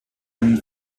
einen